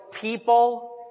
people